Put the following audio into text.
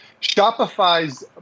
Shopify's